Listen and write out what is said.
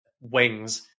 wings